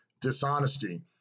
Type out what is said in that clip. dishonesty